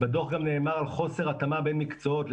בדוח גם נאמר על חוסר התאמה בין מקצועות,